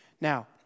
Now